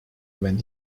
when